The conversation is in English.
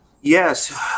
Yes